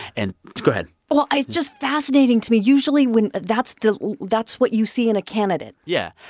and go ahead well, it's just fascinating to me. usually, when that's the that's what you see in a candidate yeah.